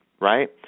right